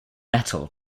metal